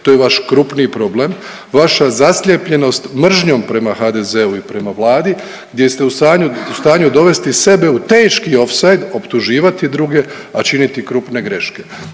to je vaš krupniji problem. Vaša zaslijepljenost mržnjom prema HDZ-u i prema Vladi gdje ste u stanju dovesti sebe u teški ofsajd, optuživati druge, a činiti krupne greške.